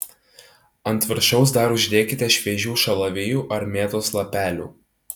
ant viršaus dar uždėkite šviežių šalavijų ar mėtos lapelių